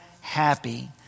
happy